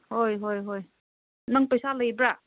ꯍꯣꯏ ꯍꯣꯏ ꯍꯣꯏ ꯅꯪ ꯄꯩꯁꯥ ꯂꯩꯕ꯭ꯔꯥ